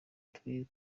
turi